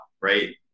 right